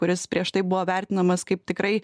kuris prieš tai buvo vertinamas kaip tikrai